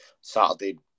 Saturday